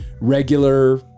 regular